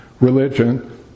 religion